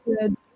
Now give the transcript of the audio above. good